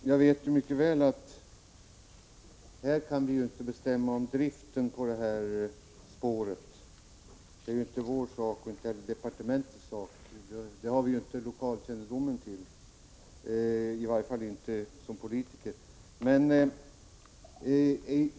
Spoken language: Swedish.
Herr talman! Jag vet mycket väl att vi inte här kan bestämma om driften av det här spåret. Det är inte vår sak, och inte heller departementets sak, att bestämma detta. Vi har inte sådan lokalkännedom att vi kan göra det, åtminstone inte som politiker.